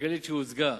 הכלכלית שהוצגה,